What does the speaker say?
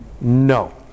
no